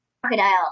crocodile